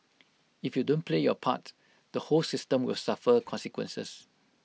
if you don't play your part the whole system will suffer consequences